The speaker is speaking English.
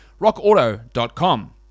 RockAuto.com